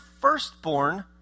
firstborn